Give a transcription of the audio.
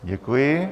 Děkuji.